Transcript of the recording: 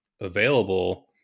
available